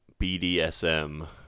BDSM